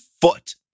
foot